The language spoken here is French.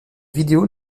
vidéo